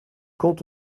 quand